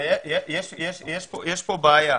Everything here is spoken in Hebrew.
יש כאן בעיה.